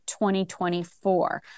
2024